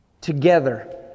together